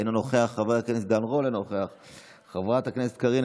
צרפתי הרכבי, אינה נוכחת, חבר הכנסת סימון